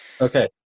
Okay